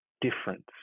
difference